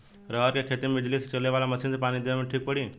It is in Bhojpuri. रहर के खेती मे बिजली से चले वाला मसीन से पानी देवे मे ठीक पड़ी?